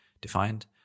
defined